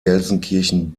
gelsenkirchen